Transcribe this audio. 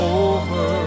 over